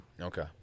Okay